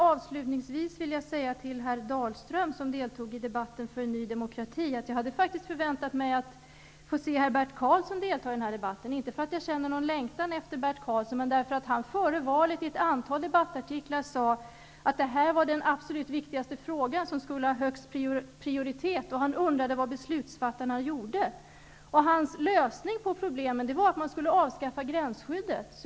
Avslutningsvis vill jag säga till herr Dalström som deltog i debatten för Ny demokrati att jag hade faktiskt förväntat mig att få se herr Bert Karlsson delta i debatten. Det är inte för att jag känner någon längtan efter Bert Karlsson, men därför att han före valet i ett antal debattartiklar sade att det här var den absolut viktigaste frågan som skulle ha högst prioritet. Han undrade vad beslutsfattarna gjorde. Hans lösning på problemen var att man skulle avskaffa gränsskyddet.